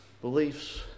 Beliefs